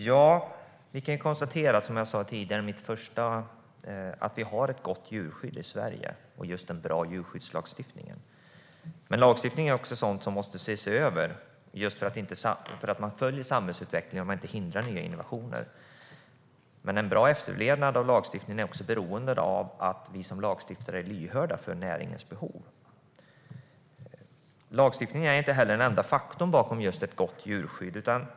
Fru talman! Som jag sa tidigare kan vi konstatera att vi har ett gott djurskydd och en bra djurskyddslagstiftning i Sverige. Men lagstiftning är sådant som måste ses över så att man följer samhällsutvecklingen och inte hindrar nya innovationer. God efterlevnad av lagstiftningen är beroende av att vi som lagstiftare är lyhörda för näringens behov. Lagstiftningen är inte heller den enda faktorn bakom ett gott djurskydd.